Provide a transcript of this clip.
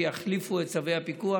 שיחליפו את צווי הפיקוח,